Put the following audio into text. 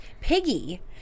Piggy